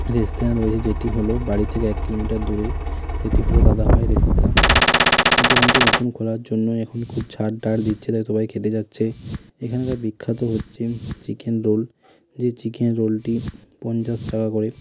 restaurant রয়েছে যেটি হলো বাড়ি থেকে এক কিলোমিটার দূরে সেটি হলো দাদাভাই রেস্তেরাঁ দোকানটি নতুন খোলার জন্য এখন খুব ছাড়া টার দিচ্ছে তাই সবাই খেতে যাচ্ছে এখানকার বিখ্যাত হচ্ছে চিকেন রোল যে চিকেন রোলটি পঞ্চাশ টাকা করে